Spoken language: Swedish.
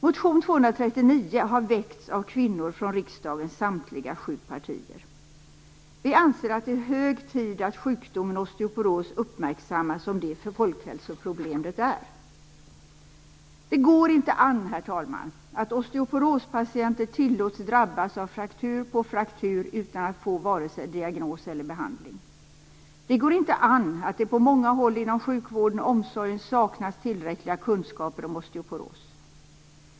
Motion 239 har väckts av kvinnor från riksdagens samtliga sju partier. Vi anser att det är hög tid att sjukdomen osteoporos uppmärksammas som det folkhälsoproblem den är. Det går inte an, herr talman, att osteoporospatienter tillåts drabbas av fraktur på fraktur utan att få vare sig diagnos eller behandling. Det går inte an att det på många håll inom sjukvården och omsorgen saknas tillräckliga kunskaper om osteoporos.